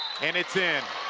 and it's in.